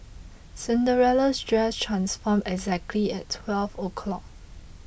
Cinderella's dress transformed exactly at twelve o'clock